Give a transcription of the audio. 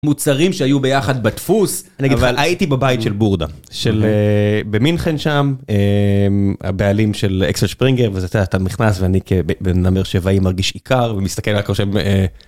מוצרים שהיו ביחד בדפוס אני אגיד לך אבל הייתי בבית של בורדה של במינכן שם הבעלים של אקסלד שפרינגר וזה אתה נכנס ואני כבן באר-שבעי מרגיש איכר ומסתכל על כושר